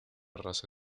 raza